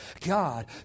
God